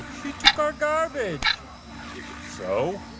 she took our garbage so?